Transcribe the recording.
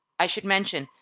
i should mention,